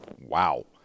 Wow